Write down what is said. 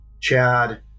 Chad